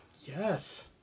Yes